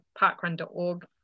parkrun.org